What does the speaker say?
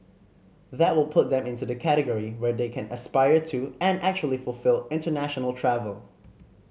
that will put them into the category where they can aspire to and actually fulfil international travel